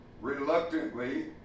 reluctantly